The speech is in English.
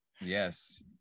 yes